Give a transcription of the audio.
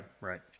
right